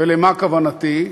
ולמה כוונתי?